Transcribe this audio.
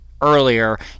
earlier